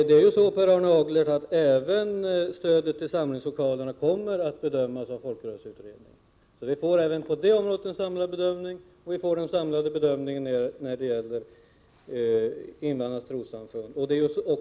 Herr talman! Även stödet till samlingslokalerna kommer att bedömas av folkrörelseutredningen, Per Arne Aglert. Vi får alltså en samlad bedömning av behoven på det området liksom en bedömning av behovet av stöd till invandrarnas trossamfund.